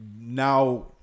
now